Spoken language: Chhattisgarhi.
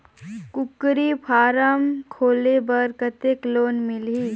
कूकरी फारम खोले बर कतेक लोन मिलही?